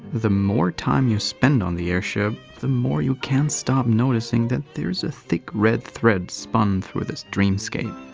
the more time you spend on the airship, the more you can't stop noticing that there's a thick red thread spun through this dreamscape.